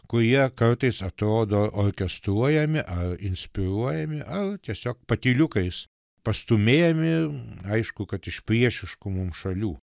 kurie kartais atrodo orkestruojami ar inspiruojami ar tiesiog patyliukais pastūmėjami aišku kad iš priešiškų mums šalių